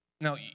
Now